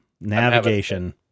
Navigation